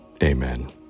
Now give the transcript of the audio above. Amen